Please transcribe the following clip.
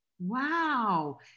wow